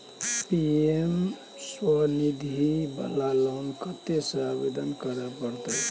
PM Svanidhi वाला loan कत्ते से आवेदन करे परतै?